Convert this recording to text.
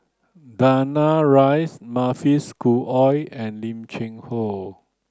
Danaraj Mavis Khoo Oei and Lim Cheng Hoe